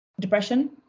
depression